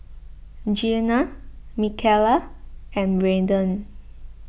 Gena Mikaela and Braeden